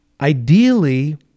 Ideally